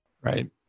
Right